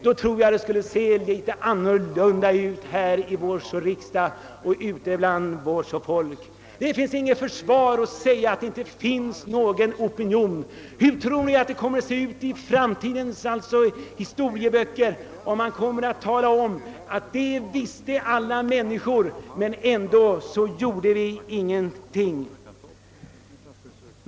Då tror jag det skulle se litet annorlunda ut här i vår riksdag och ute bland vårt folk. Det är inget försvar att säga att det inte finns någon opinion. Hur tror ni att det kommer att se ut i framtidens historieböcker, om man däri måste tala om att ledande politiker kände till förhållandena ute i den stora världen, men ändå gjordes ingenting.